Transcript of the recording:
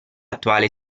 attuale